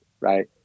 right